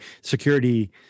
security